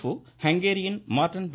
போ ஹங்கேரியின் மார்ட்டன் ப